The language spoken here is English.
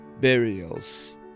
burials